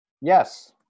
Yes